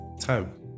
Time